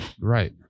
right